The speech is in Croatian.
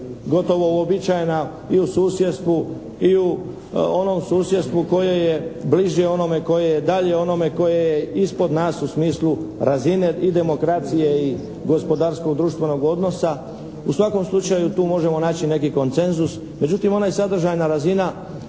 gotovo uobičajena i u susjedstvu i u onom susjedstvu koje je bliže onome, koje je dalje onome, koje je ispod nas u smislu razine i demokracije i gospodarskog društvenog odnosa. U svakom slučaju tu možemo naći neki konsenzus. Međutim, ona je sadržajna razina,